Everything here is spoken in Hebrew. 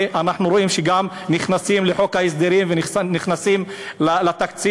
ואנחנו רואים שהן גם נכנסות לחוק ההסדרים ונכנסות לתקציב,